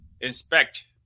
Inspect